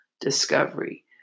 discovery